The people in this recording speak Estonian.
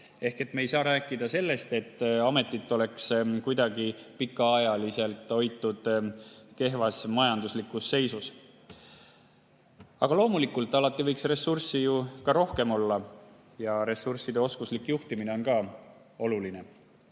Ehk me ei saa rääkida sellest, et ametit oleks pikaajaliselt hoitud kuidagi kehvas majanduslikus seisus. Aga loomulikult, alati võiks ressurssi rohkem olla ja ressursside oskuslik juhtimine on ka oluline.